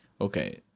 okay